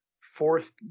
fourth –